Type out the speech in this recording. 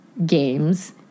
games